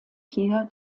hier